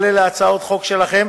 אני עולה להצעות חוק שלכם.